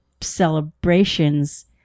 celebrations